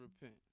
repent